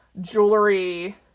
jewelry